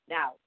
Now